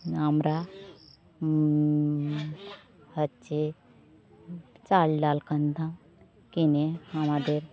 আমরা হচ্ছে চাল ডাল কিনতাম কিনে আমাদের